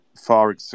far